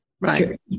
Right